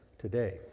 today